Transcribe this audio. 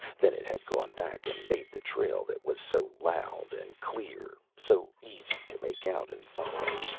then it had gone back and made the trail that was so loud and clear, so easy to make out and follow.